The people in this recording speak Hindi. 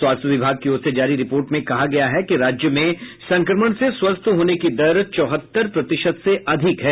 स्वास्थ्य विभाग की ओर से जारी रिपोर्ट में कहा गया है कि राज्य में संक्रमण से स्वस्थ होने की दर चौहत्तर प्रतिशत से अधिक है